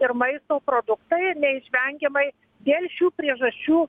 ir maisto produktai neišvengiamai dėl šių priežasčių